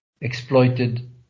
exploited